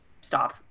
stop